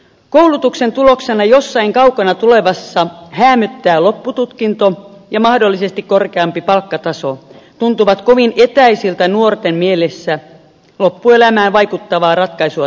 koulutuksen tuloksena jossain kaukana tulevassa häämöttävä loppututkinto ja mahdollisesti korkeampi palkkataso tuntuvat kovin etäisiltä nuorten mielessä loppuelämään vaikuttavaa ratkaisua tehtäessä